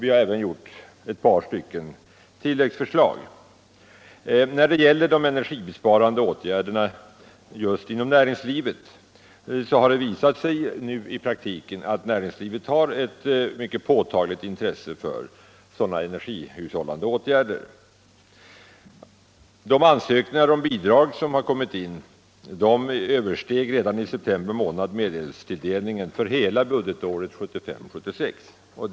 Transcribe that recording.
Vi har även framlagt ett par tilläggsförslag. Det har nu i praktiken visat sig att näringslivet har ett mycket påtagligt intresse för energibesparande åtgärder. De ansökningar om bidrag som inkommit översteg redan i september månad medelstilldelningen för hela budgetåret 1975/76.